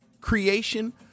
creation